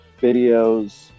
videos